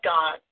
God